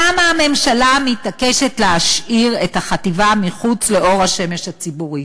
למה הממשלה מתעקשת להשאיר את החטיבה מחוץ לאור השמש הציבורית?